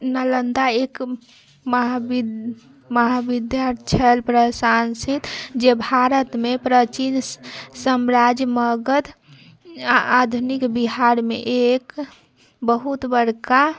नालन्दा एक महाविद् महाविद्यालय छल प्रशंसित जे भारतमे प्राचीन सम्राज्य मगध अऽ आधुनिक बिहारमे एक बहुत बड़का